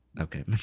Okay